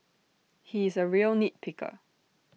he is A real nit picker